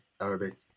Arabic